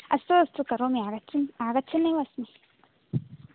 अस्तु अस्तु करोमि आगच्छन् आगच्छन्नेव अस्मि